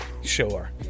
Sure